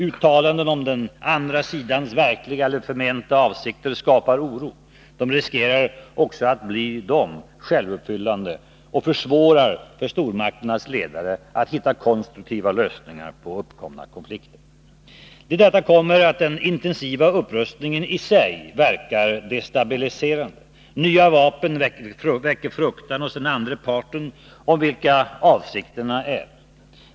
Uttalanden om den andra sidans verkliga eller förmenta avsikter skapar oro. Också de riskerar att bli självuppfyllande profetior och försvårar för stormakternas ledare att hitta konstruktiva lösningar på uppkomna konflikter. Till detta kommer att den intensiva upprustningen i sig verkar destabiliserande. Nya vapen väcker fruktan hos den andra parten om vilka avsikterna är.